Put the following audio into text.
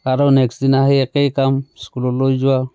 আৰু নেক্স দিনা সেই একেই কাম স্কুললৈ যোৱা